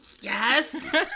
yes